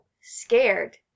scared